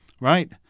right